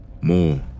more